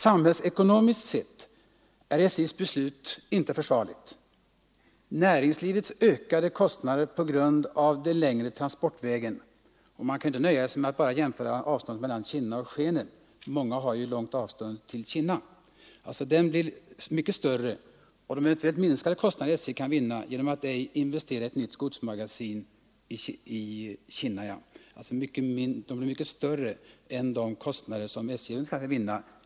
Samhällsekonomiskt sett är SJ:s beslut inte försvarligt. Nr 10 Ökningen av näringslivets kostnader på grund av den längre transportvä Torsdagen den gen — man kan inte nöja sig med att bara se på avståndet mellan Kinna 24 januari 1974 och Skene, eftersom många har långt avstånd till Kinna — blir mycket ———— större än de eventuella kostnadsbesparingar som SJ kan vinna genom att —Å”8 SJ:s godsbeej investera i ett nytt godsmagasin i Kinna.